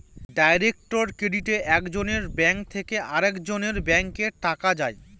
direct ক্রেডিটে এক জনের ব্যাঙ্ক থেকে আরেকজনের ব্যাঙ্কে টাকা যায়